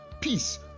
peace